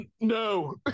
No